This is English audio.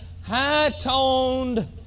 high-toned